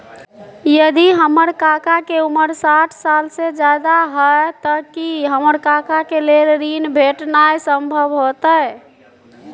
यदि हमर काका के उमर साठ साल से ज्यादा हय त की हमर काका के लेल ऋण भेटनाय संभव होतय?